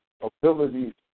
ability